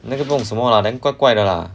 那个不懂什么 lah then 怪怪的 lah